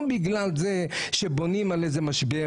ולא בגלל שזה שבונים על איזה משבר,